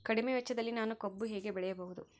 ಕಡಿಮೆ ವೆಚ್ಚದಲ್ಲಿ ನಾನು ಕಬ್ಬು ಹೇಗೆ ಬೆಳೆಯಬಹುದು?